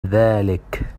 ذلك